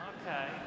Okay